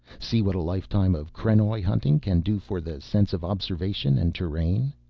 see what a lifetime of krenoj hunting can do for the sense of observation and terrain.